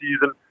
season